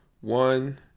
one